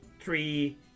three